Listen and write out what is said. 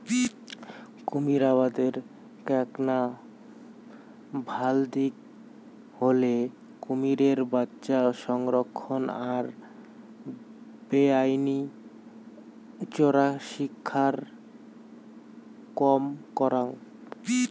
কুমীর আবাদের এ্যাকনা ভাল দিক হসে কুমীরের বাচ্চা সংরক্ষণ আর বেআইনি চোরাশিকার কম করাং